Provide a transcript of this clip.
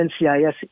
NCIS